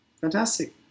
fantastic